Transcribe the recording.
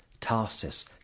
Tarsus